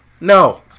No